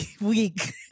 week